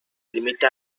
limita